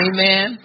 Amen